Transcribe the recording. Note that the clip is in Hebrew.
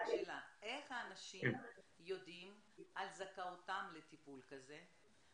איך האנשים יודעים על זכאותם לטיפול כזה?